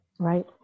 Right